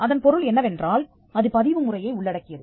அதன் பொருள் என்னவென்றால் அது பதிவு முறையை உள்ளடக்கியது